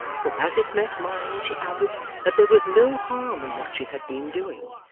for as it met mine she added that there was no harm in what she had been doing,